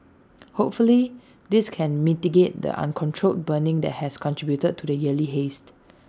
hopefully this can mitigate the uncontrolled burning that has contributed to the yearly haze